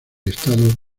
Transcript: estado